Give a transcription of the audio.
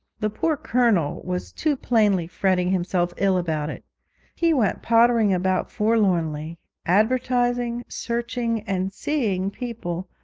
the poor colonel was too plainly fretting himself ill about it he went pottering about forlornly advertising, searching, and seeing people,